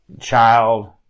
child